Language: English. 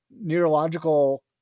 neurological